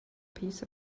piece